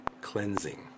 cleansing